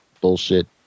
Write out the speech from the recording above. bullshit